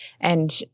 And-